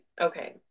okay